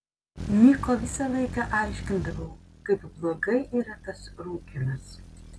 niko visą laiką aiškindavau kaip blogai yra tas rūkymas